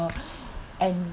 and